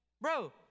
bro